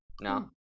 no